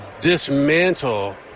dismantle